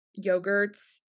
yogurts